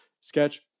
sketch